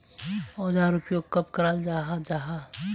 औजार उपयोग कब कराल जाहा जाहा?